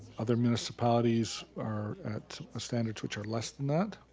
other municipalities are at standards which are less than that.